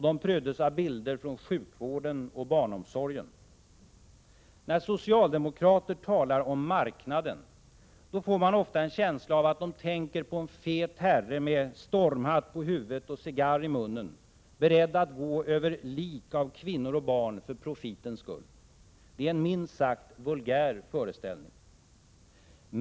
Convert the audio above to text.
De pryddes av bilder från sjukvården och barnomsorgen. När socialdemokrater talar om marknaden, får man ofta en känsla av att de tänker på en fet herre med stormhatt på huvudet och cigarr i munnen, beredd att gå över lik av kvinnor och barn för profitens skull. Det är en minst sagt vulgär föreställning.